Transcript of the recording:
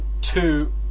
two